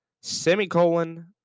semicolon